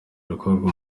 bikorwa